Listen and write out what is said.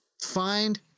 find